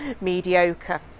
mediocre